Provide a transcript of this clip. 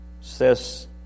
says